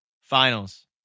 Finals